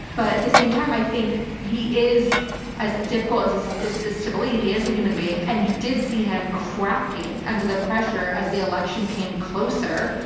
but at the same time i think he is as difficult as this is, is to believe he is a human being. and you did see him cracking under the pressure as the election came closer.